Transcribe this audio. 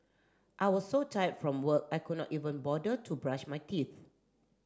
I was so tired from work I could not even bother to brush my teeth